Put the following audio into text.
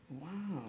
Wow